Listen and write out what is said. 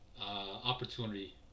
opportunity